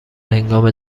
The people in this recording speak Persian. هنگام